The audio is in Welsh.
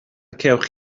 cewch